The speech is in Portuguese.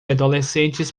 adolescentes